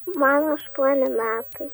man aštuoni metai